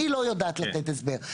אני לא יודעת לתת הסבר.